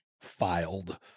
filed